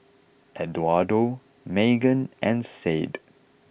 Eduardo Magen and Sade